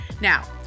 Now